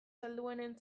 salduenen